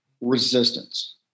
resistance